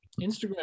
Instagram